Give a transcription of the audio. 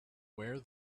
wear